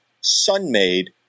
sun-made